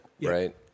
right